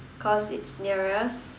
cause it's nearest